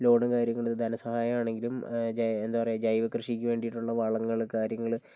ലോണും കാര്യങ്ങളും ധന സഹായം ആണെങ്കിലും എന്താ പറയുക ജൈവ കൃഷിക്ക് വേണ്ടിട്ട് ഉള്ള വളങ്ങള് കാര്യങ്ങള്